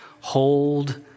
Hold